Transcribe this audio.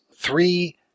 three